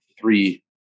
three